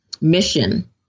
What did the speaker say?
mission